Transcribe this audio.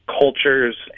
cultures